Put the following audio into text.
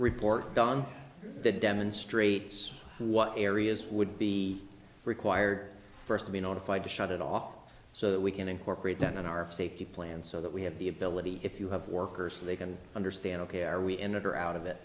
report that demonstrates what areas would be required for us to be notified to shut it off so that we can incorporate that in our safety plan so that we have the ability if you have workers so they can understand ok are we in it or out of it